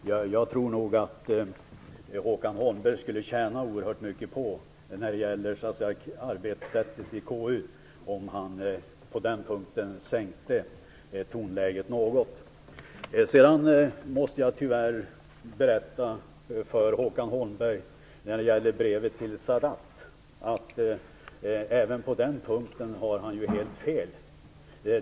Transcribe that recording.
Jag tror nog att Håkan Holmberg när det gäller KU:s arbetssätt skulle tjäna oerhört mycket på att sänka tonläget något. Jag måste när det gäller brevet till Saddam Hussein berätta för Håkan Holmberg att han tyvärr på den punkten har helt fel.